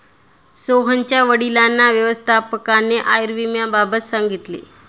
सोहनच्या वडिलांना व्यवस्थापकाने आयुर्विम्याबाबत सांगितले